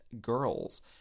girls